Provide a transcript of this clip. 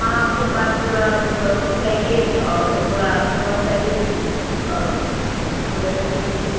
हाँ हमको पाँच बोरा लौकी चाहिए और दो बोरा कोहरा चाहिए और बोरिया गोभी चाहिए